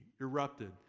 Erupted